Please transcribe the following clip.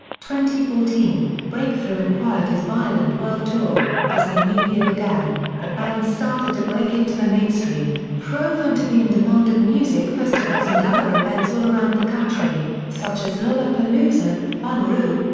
fourteen breakthrough and quiet is violent world tour as the new year began, the band started to break into the mainstream, proven to be in demand at music festivals and other events all around the country, such as lollapalooza bonnaroo,